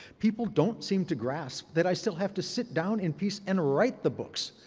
people don't seem to grasp that i still have to sit down in peace and write the books,